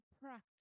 practice